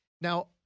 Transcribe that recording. Now